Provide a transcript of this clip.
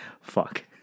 fuck